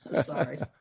Sorry